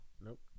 Nope